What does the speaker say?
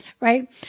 right